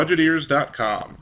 BudgetEars.com